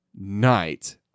night